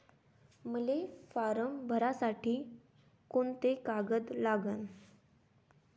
मले फारम भरासाठी कोंते कागद लागन?